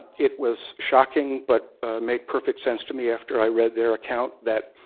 it was shocking, but made perfect sense to me after i read their account, that